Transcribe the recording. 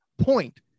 point